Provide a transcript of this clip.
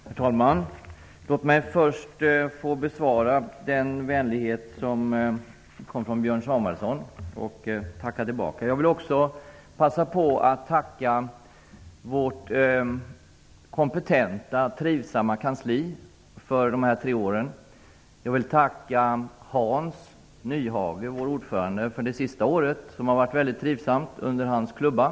Herr talman! Låt mig först få besvara den vänlighet som Björn Samuelson visade mig. Jag vill tacka tillbaka. Jag vill också passa på att tacka vårt kompetenta, trivsamma kansli för dessa tre år. Jag vill tacka vår ordförande Hans Nyhage för det senaste året som har varit trivsamt under hans klubba.